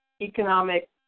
economic